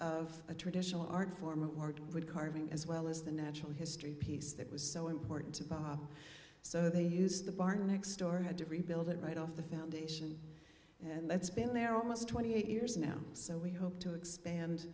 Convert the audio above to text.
of a traditional art form of art wood carving as well as the natural history piece that was so important to bob so they used the barn next door had to rebuild it right off the foundation and that's been there almost twenty eight years now so we hope to expand